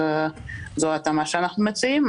זו ההתאמה שאנו מציעים.